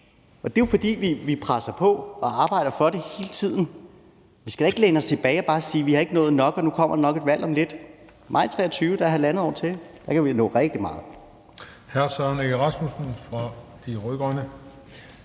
og det er jo, fordi vi presser på og arbejder for det hele tiden. Vi skal da ikke læne os tilbage og bare sige: Vi har ikke nået nok, og nu kommer der nok et valg om lidt. Der er halvandet år til maj 2023, og der kan vi nå rigtig meget.